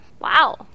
wow